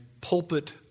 pulpit